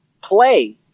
play